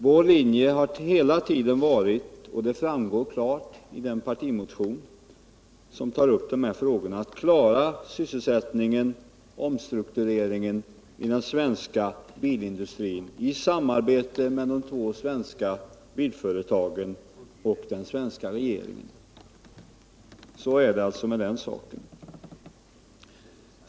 Vår linje har hela tiden varit — det framgår klart av den partimotion som tar upp dessa frågor — att klara sysselsättningen och omstruktureringen i den svenska bilindustrin i samarbete med de två svenska bilföretagen och den svenska regeringen. Så är det med den saken.